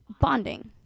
bonding